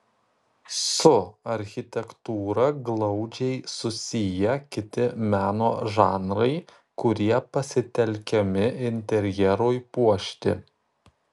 su architektūra glaudžiai susiję kiti meno žanrai kurie pasitelkiami interjerui puošti